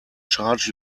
charge